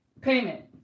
payment